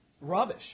rubbish